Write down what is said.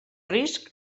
risc